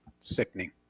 sickening